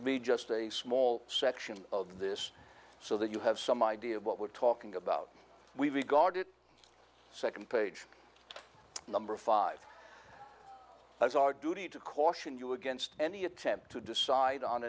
be just a small section of this so that you have some idea of what we're talking about we regard it second page number five that's our duty to caution you against any attempt to decide on